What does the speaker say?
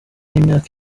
y’imyaka